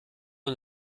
und